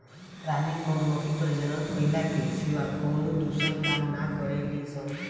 रानी मधुमक्खी प्रजनन कईला के सिवा कवनो दूसर काम ना करेली सन